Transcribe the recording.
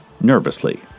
nervously